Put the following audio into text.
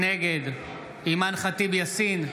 נגד אימאן ח'טיב יאסין,